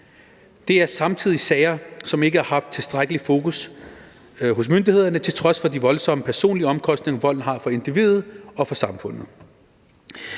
Det er samtidig sager, som ikke har haft tilstrækkelig fokus hos myndighederne, til trods for de voldsomme personlige omkostninger, volden har for individet og for samfundet.